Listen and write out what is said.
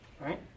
Right